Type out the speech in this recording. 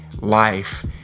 life